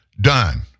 done